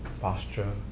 posture